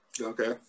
Okay